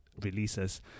releases